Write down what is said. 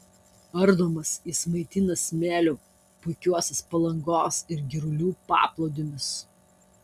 ardomas jis maitina smėliu puikiuosius palangos ir girulių paplūdimius